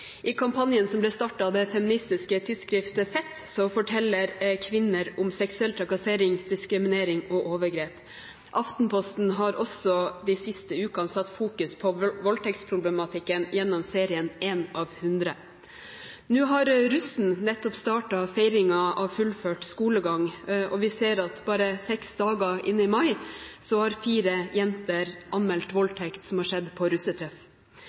I kampanjen som ble startet av det feministiske tidsskriftet Fett, forteller kvinner om seksuell trakassering, diskriminering og overgrep. Aftenposten har også de siste ukene satt søkelys på voldtektsproblematikken gjennom serien En av hundre. Nå har russen nettopp startet feiringen av fullført skolegang, og vi ser at bare seks dager inn i mai har fire jenter anmeldt voldtekt som har skjedd på russetreff.